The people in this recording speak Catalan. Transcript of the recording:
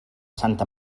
santa